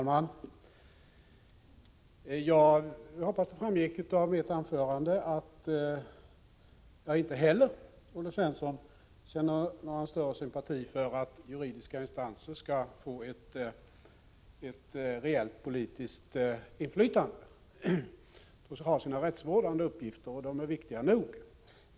Fru talman! Jag hoppas att det framgick av mitt anförande att jag inte heller, Olle Svensson, känner någon större sympati för att juridiska instanser skall få ett rejält politiskt inflytande. De skall ha sina rättsvårdande uppgifter, och de är viktiga nog.